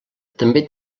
també